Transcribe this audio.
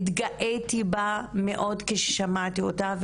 אני גאה בה מאוד ששמעתי אותה,